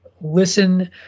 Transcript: Listen